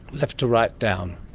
left to right down.